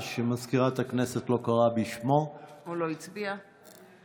ומזכירת הכנסת לא קראה בשמו או שלא הצביע?